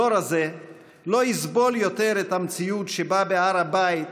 הדור הזה לא יסבול יותר את המציאות שבה בהר הבית,